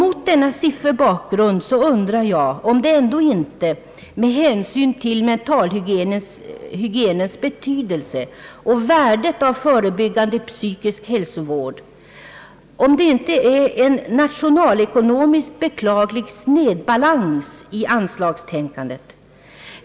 Mot denna sifferbakgrund undrar jag, om det ändå inte med hänsyn till mentalhygienens betydelse och värdet av förebyggande psykisk hälsovård är en nationalekonomiskt beklaglig snedbalans i anslagstänkandet.